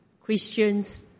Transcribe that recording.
Christians